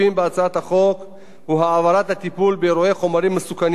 חומרים מסוכנים מהמשרד להגנת הסביבה למערך הכבאות.